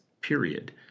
period